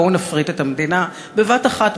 בואו נפריט את המדינה בבת אחת,